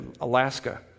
Alaska